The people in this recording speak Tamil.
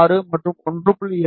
6 மற்றும் 1